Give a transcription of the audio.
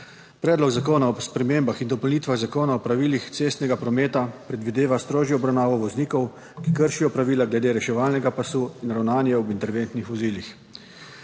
Predlog zakona o spremembah in dopolnitvah Zakona o pravilih cestnega prometa predvideva strožjo obravnavo voznikov, ki kršijo pravila glede reševalnega pasu in ravnanje ob interventnih vozilih.